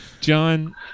John